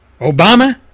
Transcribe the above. Obama